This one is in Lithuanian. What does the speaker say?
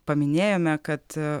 paminėjome kad